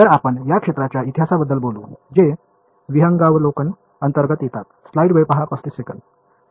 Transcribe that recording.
तर आपण या क्षेत्राच्या इतिहासाबद्दल बोलू जे विहंगावलोकन अंतर्गत येतात